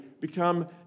become